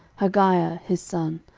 haggiah his son,